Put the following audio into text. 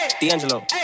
D'Angelo